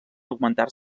augmentar